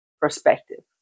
perspective